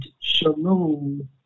shalom